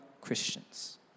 Christians